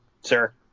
sir